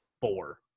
four